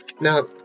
Now